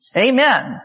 Amen